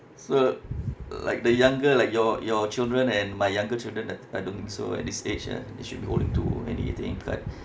so l~ like the younger like your your children and my younger children I I don't think so at this age ah they should be holding to any A_T_M card